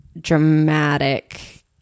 dramatic